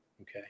okay